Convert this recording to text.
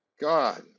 God